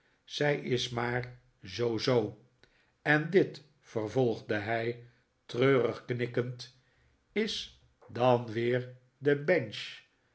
zij is maar zoo-zoo en dit vervolgde hij treurig knikkend is dan weer de bench